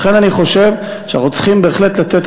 לכן אני חושב שאנחנו צריכים בהחלט לתת